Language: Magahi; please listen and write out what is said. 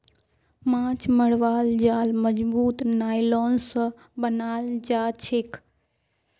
माछ मरवार जाल मजबूत नायलॉन स बनाल जाछेक